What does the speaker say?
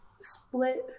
split